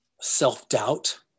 Self-doubt